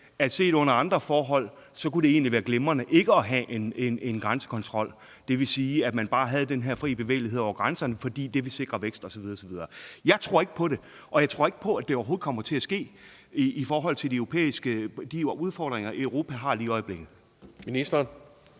af, at under andre forhold kunne det egentlig være glimrende ikke at have en grænsekontrol. Det vil sige, at man bare havde den her fri bevægelighed over grænserne, fordi det ville sikre vækst osv. osv. Jeg tror ikke på det, og jeg tror ikke på, at det overhovedet kommer til at ske, i forhold til de udfordringer Europa har lige i øjeblikket. Kl.